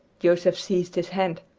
joseph seized his hand.